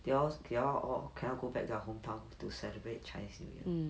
they all they all cannot back their home town to celebrate chinese new year